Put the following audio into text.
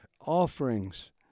offerings